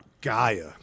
Gaia